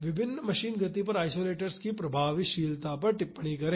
विभिन्न मशीन गति पर आइसोलेटर्स की प्रभावशीलता पर टिप्पणी करें